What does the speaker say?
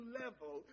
level